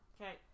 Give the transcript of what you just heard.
Okay